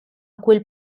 quel